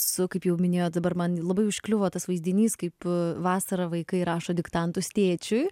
su kaip jau minėjot dabar man labai užkliuvo tas vaizdinys kaip vasarą vaikai rašo diktantus tėčiui